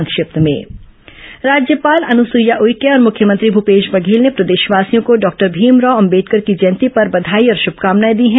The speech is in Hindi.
संक्षिप्त समाचार राज्यपाल अनुसुईया उइके और मुख्यमंत्री भूपेश बघेल ने प्रदेशवासियों को डॉक्टर भीमराव अंबेडकर की जयंती पर बघाई और शुभकामनाए दी हैं